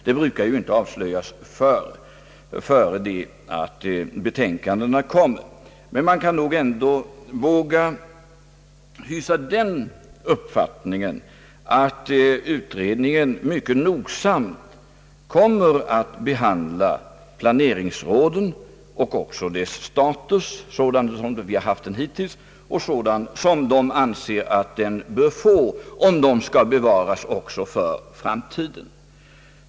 Det brukar ju inte avslöjas innan betänkandena kommit, men man kan ändå våga hysa den uppfattningen att utredningen mycket nogsamt kommer att behandla planeringsråden och deras sta tus, dels sådan den hittills varit och dels sådan de anser att den bör vara om råden skall bevaras för framtiden.